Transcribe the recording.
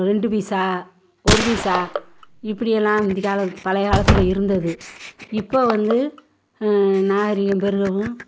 ரெண்டு பைசா ஒரு பைசா இப்படியெல்லாம் முந்தி கால பழைய காலத்தில் இருந்தது இப்போ வந்து நாகரீகம் பெருகவும்